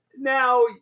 now